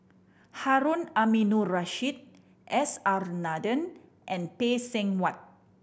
Harun Aminurrashid S R Nathan and Phay Seng Whatt